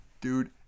Dude